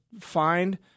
find